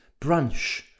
brunch